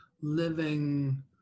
living